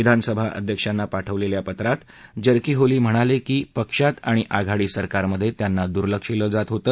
विधानसभा अध्यक्षांना पाठवलेल्या पत्रात जरकीहोली म्हणाले की पक्षात आणि आघाडी सरकारमध्ये त्यांना दुर्लक्षिले जात होते